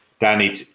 danny